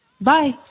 Bye